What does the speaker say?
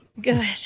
Good